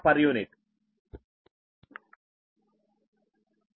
u